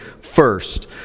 first